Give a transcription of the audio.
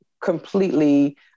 completely